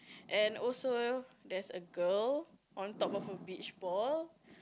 and also there's a girl on top of a beach ball